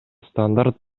стандарт